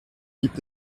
gibt